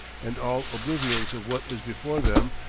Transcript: and, all oblivious of what is before them,